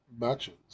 matches